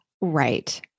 Right